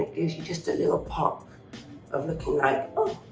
it gives you just a little pop of looking like oh,